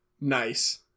Nice